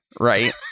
right